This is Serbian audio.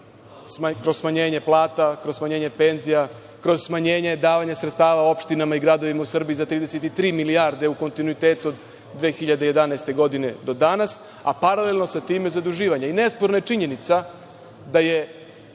kroz smanjenje plata, kroz smanjenje penzija, kroz smanjenje davanja sredstava opštinama i gradovima u Srbiji za 33 milijarde u kontinuitetu od 2011. godine do danas, a paralelno sa tim zaduživanje. Nesporna je činjenica da su